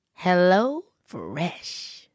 HelloFresh